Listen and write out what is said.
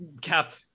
Cap